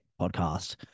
podcast